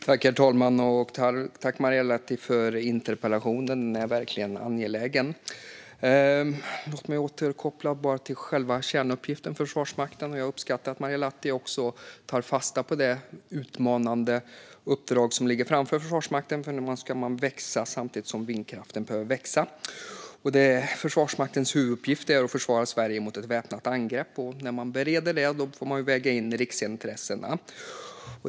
Herr talman! Jag tackar Marielle Lahti för interpellationen, som verkligen är angelägen. Låt mig återkoppla till kärnuppgiften för Försvarsmakten. Jag uppskattar att Marielle Lahti tar fasta på det utmanande uppdrag som ligger framför Försvarsmakten. Man ska växa samtidigt som vindkraften behöver växa. Försvarsmaktens huvuduppgift är att försvara Sverige mot ett väpnat angrepp. När man bereder detta får man väga in riksintressena.